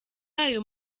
ayo